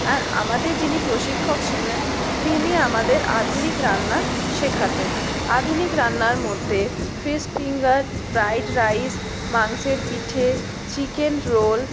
আর আমাদের যিনি প্রশিক্ষক ছিলেন তিনি আমাদের আধুনিক রান্না শেখাতেন আধুনিক রান্নার মধ্যে ফিস ফিঙ্গার ফ্রায়েড রাইস মাংসের পিঠে চিকেন রোল